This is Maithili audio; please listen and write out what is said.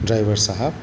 ड्राइवर साहब